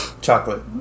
Chocolate